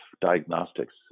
diagnostics